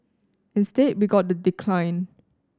instead we got the decline